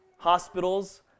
hospitals